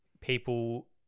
people